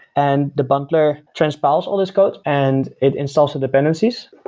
and the buntler transpiles all this code and it installs the dependencies.